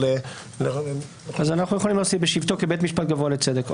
אז אנחנו יכולים להוסיף: "בשבתו כבית משפט גבוה לצדק".